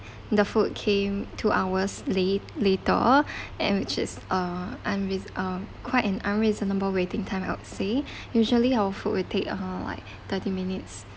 the food came two hours late later and which is uh unreas~ uh quite an unreasonable waiting time I'd say usually our food will take uh like thirty minutes